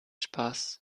spaß